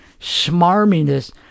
smarminess